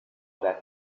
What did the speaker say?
that